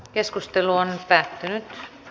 keskustelu päättyi